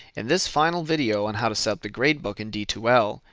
in this final video on how to set up the gradebook in d two l,